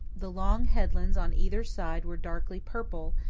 the long headlands on either side were darkly purple,